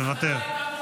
מותר.